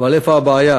אבל איפה הבעיה?